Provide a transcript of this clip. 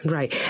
Right